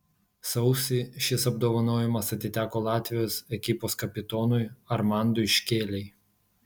sausį šis apdovanojimas atiteko latvijos ekipos kapitonui armandui škėlei